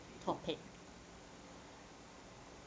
topic